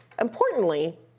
Importantly